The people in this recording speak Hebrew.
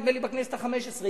נדמה לי בכנסת החמש-עשרה,